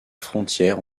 frontière